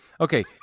Okay